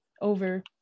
over